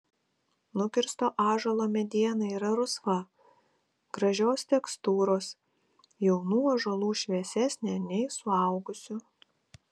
nukirsto ąžuolo mediena yra rusva gražios tekstūros jaunų ąžuolų šviesesnė nei suaugusių